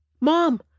Mom